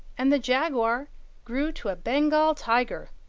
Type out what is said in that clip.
and the jaguar grew to a bengal tiger.